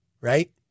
right